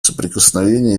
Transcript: соприкосновения